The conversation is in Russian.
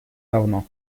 давно